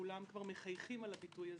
שכולם כבר מחייכים על הביטוי הזה,